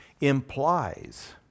implies